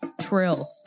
trill